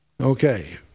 Okay